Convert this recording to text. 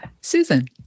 Susan